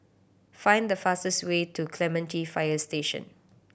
find the fastest way to Clementi Fire Station